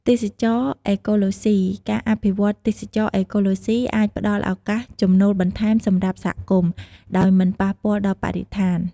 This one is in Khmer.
ទេសចរណ៍អេកូឡូស៊ី ការអភិវឌ្ឍន៍ទេសចរណ៍អេកូឡូស៊ី អាចផ្តល់ឱកាសចំណូលបន្ថែមសម្រាប់សហគមន៍ ដោយមិនប៉ះពាល់ដល់បរិស្ថាន។